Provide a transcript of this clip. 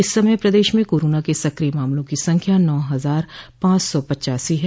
इस समय प्रदेश में कोरोना के सकिय मामलों की संख्या नौ हजार पांच सौ पच्चासी है